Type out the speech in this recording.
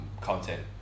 content